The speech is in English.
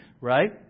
right